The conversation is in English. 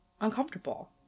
uncomfortable